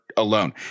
alone